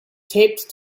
taped